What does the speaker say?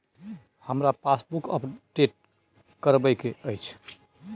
हमरा passbook update करैबे के अएछ?